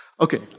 Okay